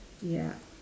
ya